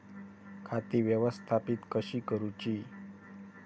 खाती व्यवस्थापित कशी करूची?